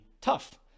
tough